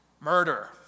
Murder